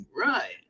Right